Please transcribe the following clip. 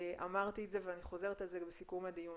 אמרתי את זה ואני חוזרת על זה בסיכום הדיון,